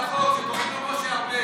בגלל שהיוזם מס' 2 של החוק, משה ארבל.